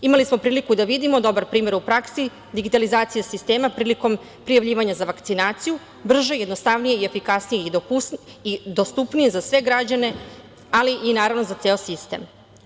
Imali smo priliku da vidimo dobar primer u praksi, digitalizacija sistema prilikom prijavljivanja za vakcinaciju brže, jednostavnije i efikasniji i dostupniji za sve građane, ali i naravno za ceo sistem.